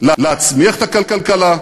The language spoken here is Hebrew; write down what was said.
להצמיח את הכלכלה,